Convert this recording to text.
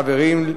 חברים,